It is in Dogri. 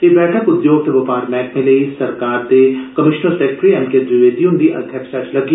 एह् बैठक उद्योग ते बपार मैह्कमे लेई सरकार दे commissioner secretary M K Dwivedi हुदी अध्यक्षता च लग्गी